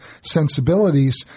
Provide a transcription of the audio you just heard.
sensibilities